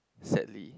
sadly